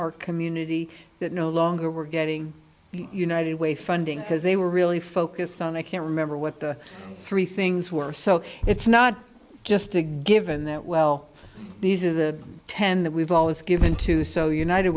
our community that no longer were getting united way funding because they were really focused on i can't remember what the three things were so it's not just a given that well these are the ten that we've always given to so united